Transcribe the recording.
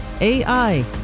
AI